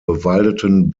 bewaldeten